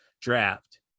draft